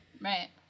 Right